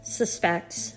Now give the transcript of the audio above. suspects